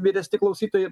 vyresni klausytojai